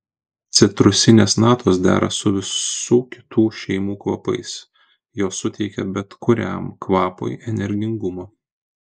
citrusinės natos dera su visų kitų šeimų kvapais jos suteikia bet kuriam kvapui energingumo